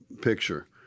picture